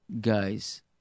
guys